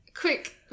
quick